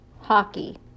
Hockey